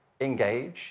engage